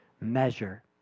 measure